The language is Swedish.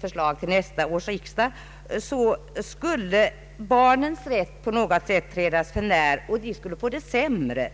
förslag till nya bestämmelser föreläggs nästa års riksdag, så skulle barnens rätt på något sätt trädas för när — de skulle få det sämre.